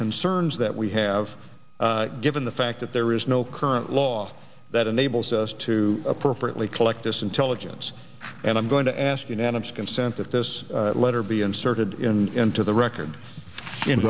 concerns that we have given the fact that there is no current law that enables us to appropriately collect this intelligence and i'm going to ask unanimous consent that this letter be inserted in into the record in